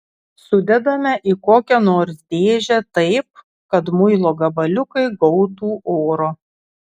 sudedame į kokią nors dėžę taip kad muilo gabaliukai gautų oro